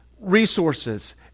resources